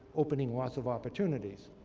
opening lots of opportunities.